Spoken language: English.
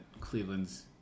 Cleveland's